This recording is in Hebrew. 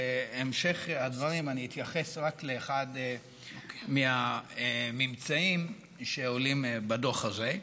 בהמשך הדברים אני אתייחס רק לאחד מהממצאים שעולים בדוח הזה,